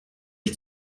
ich